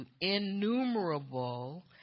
innumerable